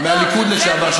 מהליכוד לשעבר,